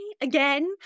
again